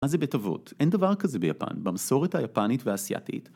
מה זה בית אבות? אין דבר כזה ביפן, במסורת היפנית והאסיאתית.